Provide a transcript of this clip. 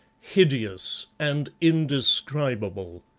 hideous and indescribable.